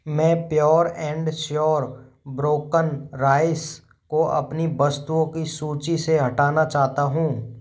मैं pure and sure broken rice को अपनी वस्तुओं की सूची से हटाना चाहता हूँ